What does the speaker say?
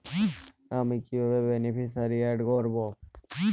আমি কিভাবে beneficiary add করব?